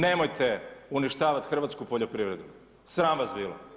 Nemojte uništavati hrvatsku poljoprivredu, sram vas bilo.